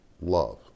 love